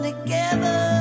Together